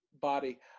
body